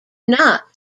not